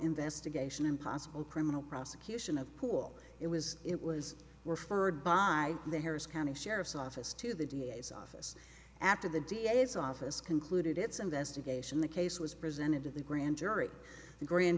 investigation and possible criminal prosecution of pool it was it was were furred by the harris county sheriff's office to the d a s office after the d a s office concluded its investigation the case was presented to the grand jury the grand